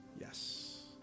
Yes